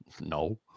no